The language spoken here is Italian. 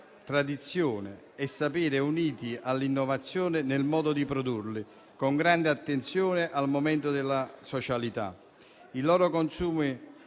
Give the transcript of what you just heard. tradizione e sapere, uniti all'innovazione nel modo di produrli, con grande attenzione al momento della socialità. Il loro consumo